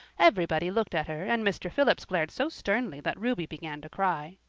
everybody looked at her and mr. phillips glared so sternly that ruby began to cry.